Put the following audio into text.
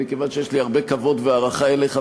מכיוון שיש לי הרבה כבוד והערכה אליך,